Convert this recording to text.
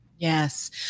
Yes